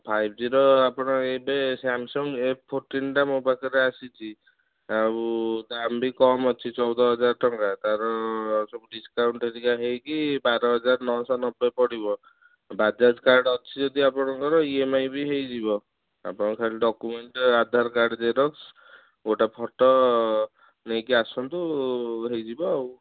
five ଜିର ଆପଣ ଏବେ ସାମସଙ୍ଗ୍ ଏଫ୍ ଫୋର୍ଟିନ୍ଟା ମୋ ପାଖରେ ଆସିଛି ଆଉ ଦାମ୍ ବି କମ୍ ଅଛି ଚଉଦ ହଜାର ଟଙ୍କା ତାର ସବୁ ଡିସ୍କାଉଣ୍ଟ ହେରିକା ହେଇକି ବାର ହଜାର ନଅ ଶହ ନବେ ପଡ଼ିବ ବାଜାଜ୍ କାର୍ଡ଼ ଅଛି ଯଦି ଆପଣଙ୍କର ଇ ଏମ ଆଇ ବି ହେଇଯିବ ଆପଣ ଖାଲି ଡକ୍ୟୁମେଣ୍ଟ ଆଧାର କାର୍ଡ଼ ଜେରକ୍ସ ଗୋଟେ ଫଟୋ ନେଇକି ଆସନ୍ତୁ ହେଇଯିବ ଆଉ